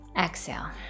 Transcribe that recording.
exhale